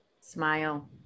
smile